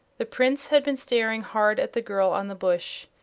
the prince had been staring hard at the girl on the bush.